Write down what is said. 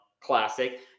classic